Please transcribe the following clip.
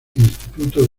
instituto